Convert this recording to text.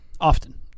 Often